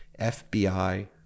FBI